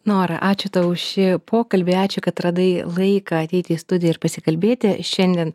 nora ačiū tau už šį pokalbį ačiū kad radai laiką ateiti į studiją ir pasikalbėti šiandien